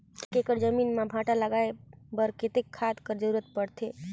एक एकड़ जमीन म भांटा लगाय बर कतेक खाद कर जरूरत पड़थे?